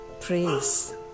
praise